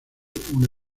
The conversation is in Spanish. una